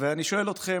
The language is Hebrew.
ואני שואל אתכם,